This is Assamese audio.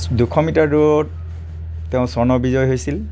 দুশ মিটাৰ দৌৰত তেওঁৰ স্বৰ্ণবিজয় হৈছিল